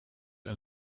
and